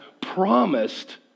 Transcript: promised